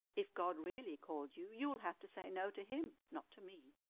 if god really called you, you'll have to say no to him, not to me.